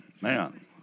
Man